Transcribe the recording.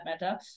matter